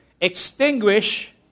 extinguish